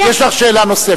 יש לך שאלה נוספת?